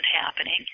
happening